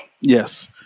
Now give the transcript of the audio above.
yes